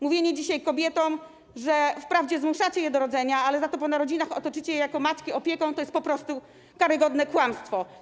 Mówienie dzisiaj kobietom, że wprawdzie zmuszacie je do rodzenia, ale za to po narodzinach otoczycie je jako matki opieką, to jest po prostu karygodne kłamstwo.